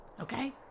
Okay